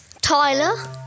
Tyler